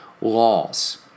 laws